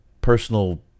personal